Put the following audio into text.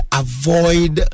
avoid